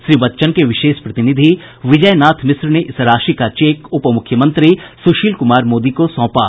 श्री बच्चन के विशेष प्रतिनिधि विजय नाथ मिश्र ने इस राशि का चेक उप मुख्यमंत्री सुशील कुमार मोदी को सौंपा